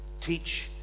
teach